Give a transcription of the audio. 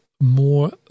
more